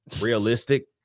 realistic